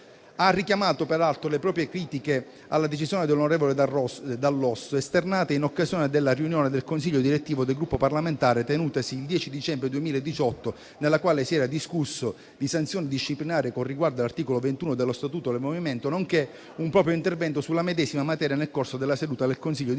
Ha richiamato, peraltro, le proprie critiche alla decisione dell'onorevole Dall'Osso, esternate in occasione della riunione del consiglio direttivo del Gruppo parlamentare, tenutasi il 10 dicembre 2018, nella quale si era discusso di sanzioni disciplinari con riguardo all'articolo 21 dello statuto del Movimento, nonché un proprio intervento sulla medesima materia nel corso della seduta del consiglio direttivo